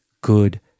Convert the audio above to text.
good